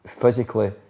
physically